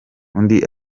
undi